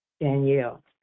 Danielle